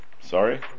Sorry